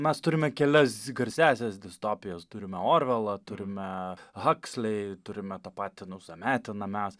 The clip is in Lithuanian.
mes turime kelias garsiąsias distopijas turime orvelą turime hakslei turime tą patį nu zametiną mes